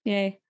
Yay